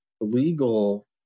legal